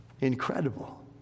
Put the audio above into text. incredible